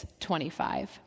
25